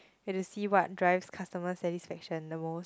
we have to see what drives customer satisfaction the most